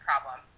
problem